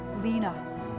Lena